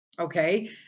Okay